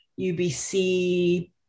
UBC